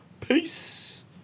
Peace